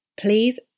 please